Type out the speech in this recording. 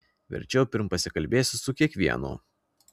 verčiau pirm pasikalbėsiu su kiekvienu